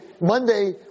Monday